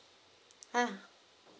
ah